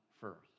first